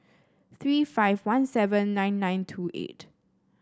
three five one seven nine nine two eight